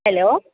hello